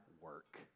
work